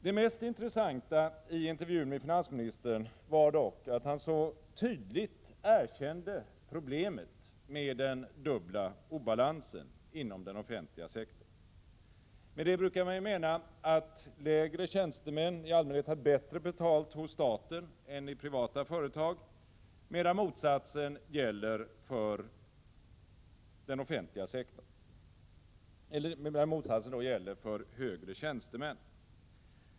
Det mest intressanta i intervjun med finansministern var dock att han så tydligt erkände problemet med den dubbla obalansen inom den offentliga sektorn. Med det brukar man mena att lägre tjänstemän i allmänhet har bättre betalt hos staten än i privata företag medan motsatsen gäller för högre tjänstemän.